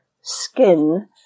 skin